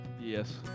Yes